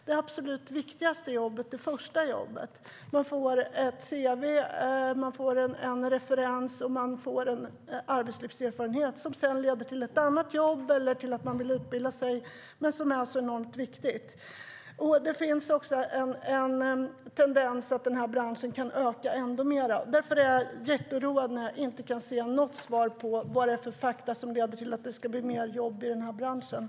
Det första jobbet är det absolut viktigaste jobbet, där man får ett cv, en referens och en arbetslivserfarenhet som sedan leder till ett annat jobb eller till att man vill utbilda sig. Det är alltså enormt viktigt. Det finns också en tendens att denna bransch kan öka ännu mer.